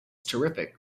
terrific